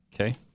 Okay